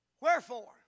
wherefore